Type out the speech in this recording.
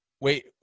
wait